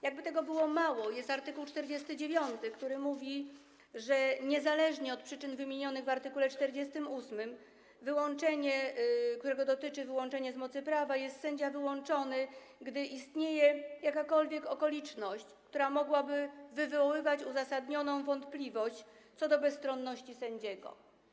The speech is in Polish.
Jakby tego było mało, jest art. 49, który mówi, że niezależnie od przyczyn wymienionych w art. 48, którego dotyczy wyłączenie z mocy prawa, jest sędzia wyłączony, gdy istnieje jakakolwiek okoliczność, która mogłaby wywoływać uzasadnioną wątpliwość co do bezstronności sędziego.